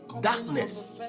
Darkness